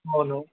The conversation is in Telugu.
అవును